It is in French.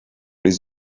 les